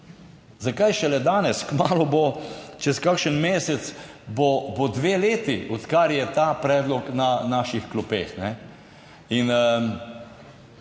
Zakaj šele danes? Kmalu bo, čez kakšen mesec bo, bo dve leti, odkar je ta predlog na naših klopeh